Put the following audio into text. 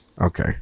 Okay